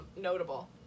notable